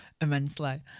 immensely